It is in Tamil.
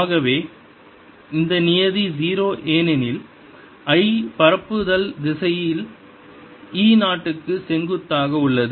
ஆகவே இந்த நியதி 0 ஏனெனில் i பரப்புதல் திசை E 0 க்கு செங்குத்தாக உள்ளது